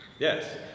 Yes